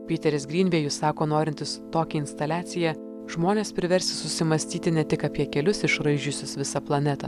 piteris grynvėjus sako norintis tokia instaliacija žmones priversti susimąstyti ne tik apie kelius išraižiusius visą planetą